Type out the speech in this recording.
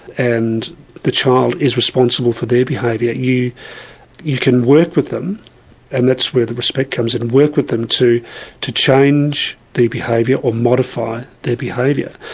and the child is responsible for their behaviour. you you can work with them and that's where the respect comes in. work with them to to change their behaviour, or modify their behaviour.